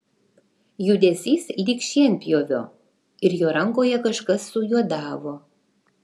judesys lyg šienpjovio ir jo rankoje kažkas sujuodavo